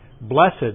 Blessed